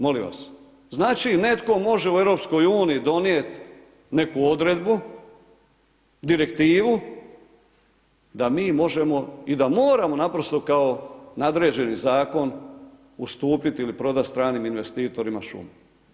Molim vas, znači netko može u EU, donijeti neku odredbu, direktivu, da mi možemo i da moramo, naprosto kao nadređeni zakon, ustupiti ili prodati stranim investitorima šumu.